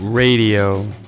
Radio